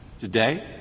Today